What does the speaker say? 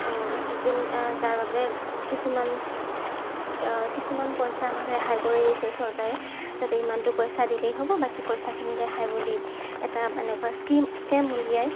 যোন যাৰ বাবে কিছুমান কিছুমান পইচা আমাক ৰেহাই কৰি দিছে চৰকাৰে যাতে ইমানটো পইচা দিলেই হ'ব বাকী পইচাখিনি ৰেহাই বুলি এটা এনেকুৱা স্কীম স্কেম উলিয়াই